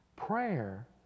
Prayer